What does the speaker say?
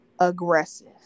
aggressive